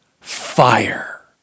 Fire